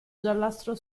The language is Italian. giallastro